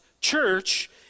church